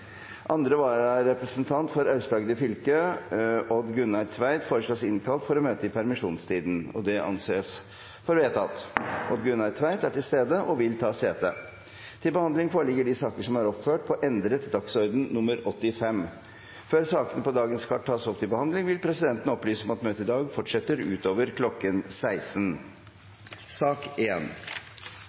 Andre vararepresentant for Aust-Agder fylke, Odd Gunnar Tveit , innkalles for å møte i permisjonstiden. Odd Gunnar Tveit er til stede og vil ta sete. Før sakene på dagens kart tas opp til behandling, vil presidenten opplyse om at møtet i dag fortsetter utover kl. 16.